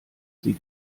sie